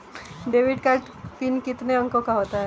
Debit card PIN कितने अंकों का होता है?